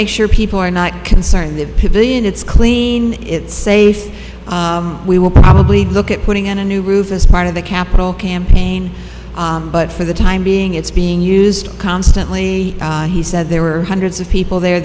make sure people are not concerned that pippin it's clean it's safe we will probably look at putting in a new roof as part of the capital campaign but for the time being it's being used constantly he said there were hundreds of people there